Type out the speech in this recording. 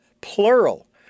plural